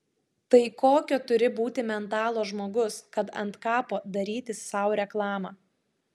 tai kokio turi būti mentalo žmogus kad ant kapo darytis sau reklamą